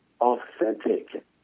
authentic